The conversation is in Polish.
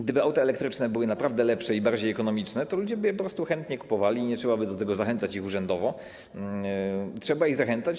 Gdyby auta elektryczne były naprawdę lepsze i bardziej ekonomiczne, to ludzie by je po prostu chętnie kupowali i nie trzeba by ich było do tego zachęcać urzędowo, a trzeba ich zachęcać.